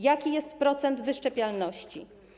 Jaki jest procent wyszczepialności?